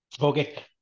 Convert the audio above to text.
Okay